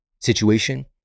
situation